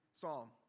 psalm